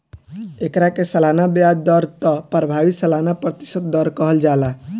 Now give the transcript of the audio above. एकरा के सालाना ब्याज दर या त प्रभावी सालाना प्रतिशत दर कहल जाला